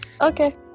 Okay